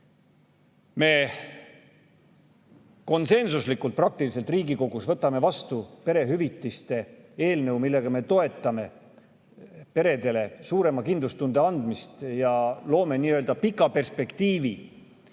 konsensuslikult võtame Riigikogus vastu perehüvitiste eelnõu, millega me toetame peredele suurema kindlustunde andmist ja loome nii-öelda pika perspektiivi,